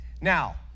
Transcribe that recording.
Now